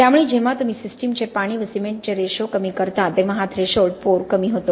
त्यामुळे जेव्हा तुम्ही सिस्टीमचे पाणी व सिमेंटचे रेशो कमी करता तेव्हा हा थ्रेशोल्ड पोर कमी होतो